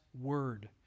Word